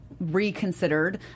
reconsidered